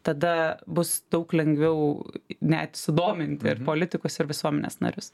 tada bus daug lengviau net sudominti ir politikus ir visuomenės narius